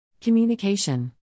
Communication